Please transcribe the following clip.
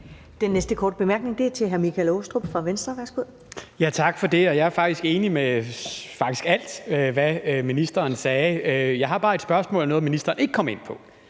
Venstre. Værsgo. Kl. 13:29 Michael Aastrup Jensen (V): Tak for det. Jeg er faktisk enig i alt, hvad ministeren sagde. Jeg har bare et spørgsmål om noget, ministeren ikke kom ind på,